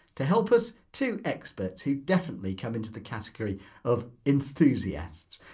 to help us two experts who definitely come into the category of enthusiasts.